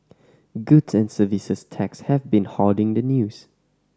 Goods and Services Tax has been hoarding the news